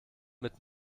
mit